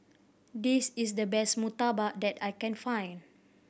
this is the best murtabak that I can find